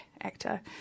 actor